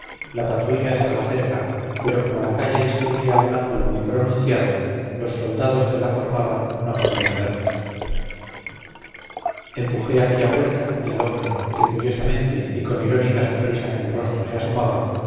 la patrulla estaba cerca pero como la calle describía un ángulo muy pronunciado los soldados que la formaban no podían vernos empujé aquella puerta y al hombre que curiosamente y con irónica sonrisa en el rostro se asomaba